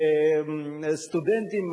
סטודנטים,